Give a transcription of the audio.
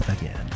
again